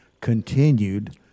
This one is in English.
continued